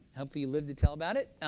hopefully, you lived to tell about it.